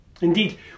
Indeed